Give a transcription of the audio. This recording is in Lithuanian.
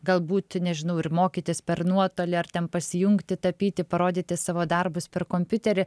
galbūt nežinau ir mokytis per nuotolį ar ten pasijungti tapyti parodyti savo darbus per kompiuterį